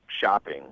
shopping